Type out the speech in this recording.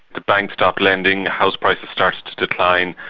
the banks stopped lending, house prices started to decline,